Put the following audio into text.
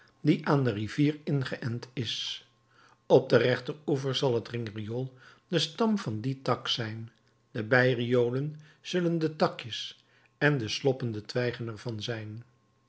die aan de rivier ingeënt is op den rechteroever zal het ringriool de stam van dien tak zijn de bijriolen zullen de takjes en de sloppen de twijgen er van zijn